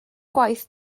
gwaith